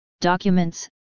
documents